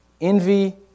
envy